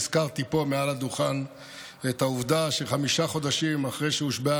והזכרתי פה מעל הדוכן את העובדה שחמישה חודשים אחרי שהושבעה